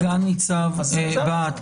סגן ניצב בהט,